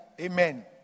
Amen